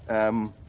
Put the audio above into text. um,